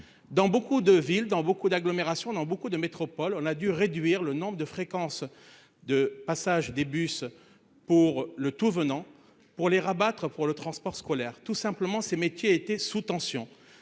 Dans beaucoup de villes dans beaucoup d'agglomérations dans beaucoup de métropoles. On a dû réduire le nombre de fréquence de passage des bus pour le tout venant pour les rabattre pour le transport scolaire tout simplement ces métiers a été sous tension,